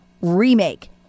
remake